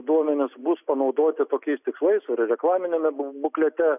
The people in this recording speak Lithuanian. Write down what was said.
duomenys bus panaudoti tokiais tikslais ar reklaminiame buklete